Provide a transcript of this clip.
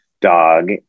dog